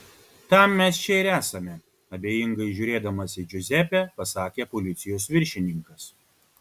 tam mes čia ir esame abejingai žiūrėdamas į džiuzepę pasakė policijos viršininkas